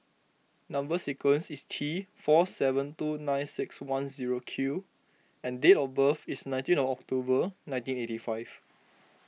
Number Sequence is T four seven two nine six one zero Q and date of birth is nineteen of October nineteen eighty five